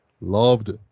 loved